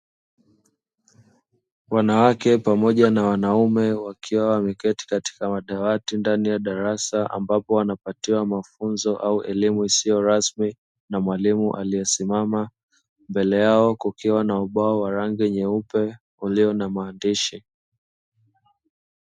Wanawake pamoja na wanaume wakiwa wameketi katika madawati ndani ya darasa, ambapo wanapatiwa mafunzo au elimu isiyo rasmi na mwalimu aliyesimama mbele yao kukiwa na ubao wa rangi nyeupe ulio na maandishi.